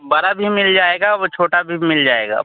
बड़ा भी मिल जाएगा वह छोटा भी मिल जाएगा